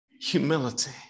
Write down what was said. humility